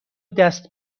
دست